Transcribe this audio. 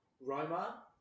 Roma